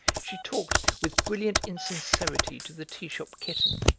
she talked with brilliant insincerity to the tea-shop kitten,